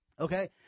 Okay